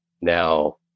now